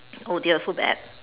oh dear so bad